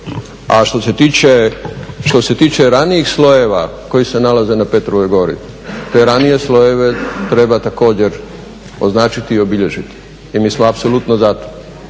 A što se tiče ranijih slojeva koji se nalaze na Petrovoj gori, te ranije slojeve treba također označiti i obilježiti i mi smo apsolutno za to.